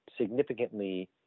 significantly